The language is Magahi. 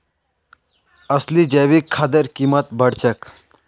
असली जैविक खादेर कीमत बढ़ छेक